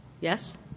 Yes